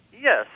Yes